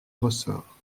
ressort